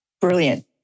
Brilliant